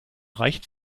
reicht